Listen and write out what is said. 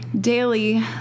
daily